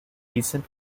reason